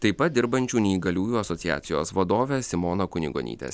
taip pat dirbančių neįgaliųjų asociacijos vadovė simona kunigonytė